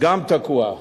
גם תקוע.